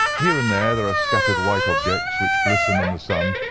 here and there there are scattered white objects which glisten in the sun,